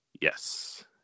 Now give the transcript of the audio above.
Yes